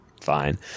Fine